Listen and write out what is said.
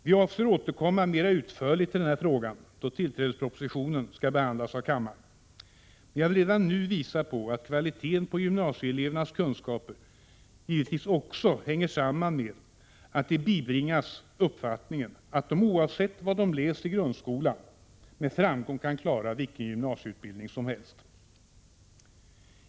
Vi avser återkomma mer utförligt till denna fråga då tillträdespropositionen skall behandlas av kammaren, men jag vill redan nu framhålla att kvaliteten på gymnasieelevernas kunskaper givetvis också hänger samman med att de bibringas uppfattningen att de oavsett vad de läst i grundskolan med framgång kan klara vilken gymnasieutbildning som helst.